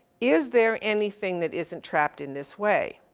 is there anything that isn't trapped in this way?